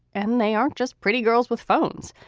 and they aren't just pretty girls with phones.